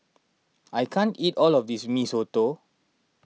I can't eat all of this Mee Soto